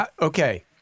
Okay